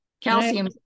Calcium